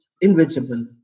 invisible